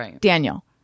Daniel